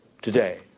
today